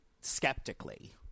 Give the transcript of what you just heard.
skeptically